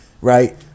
right